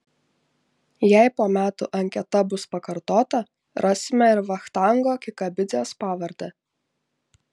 jei po metų anketa bus pakartota rasime ir vachtango kikabidzės pavardę